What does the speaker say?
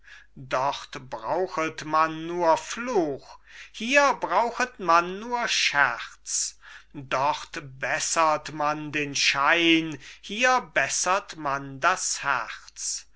dort brauchet man nur fluch hier brauchet man nur scherz dort bessert man den schein hier bessert man das herz